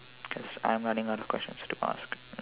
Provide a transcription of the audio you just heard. cause I'm running out of questions to ask